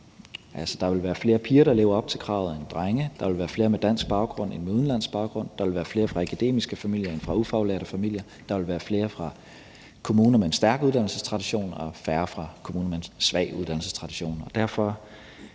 der vil være flere piger end drenge, der lever op til kravet; der vil være flere med dansk baggrund end med udenlandsk baggrund; der vil være flere fra akademiske familier end fra ufaglærte familier; der vil være flere fra kommuner med en stærk uddannelsestradition og færre fra kommuner med en svag uddannelsestradition.